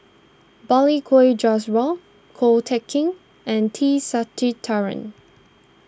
Balli Kaur Jaswal Ko Teck Kin and T Sasitharan